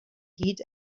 heat